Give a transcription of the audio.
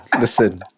listen